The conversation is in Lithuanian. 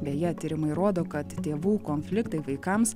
beje tyrimai rodo kad tėvų konfliktai vaikams